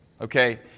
Okay